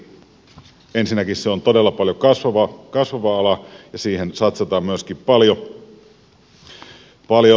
ensinnäkin se on todella paljon kasvava ala ja siihen satsataan myöskin paljon